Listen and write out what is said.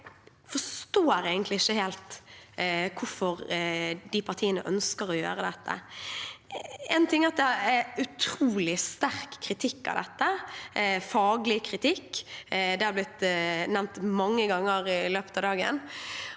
helt forstår hvorfor de partiene ønsker å gjøre dette. Én ting er at det er utrolig sterk kritikk av dette – faglig kritikk. Det har blitt nevnt mange ganger i løpet av dagen.